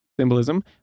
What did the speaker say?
symbolism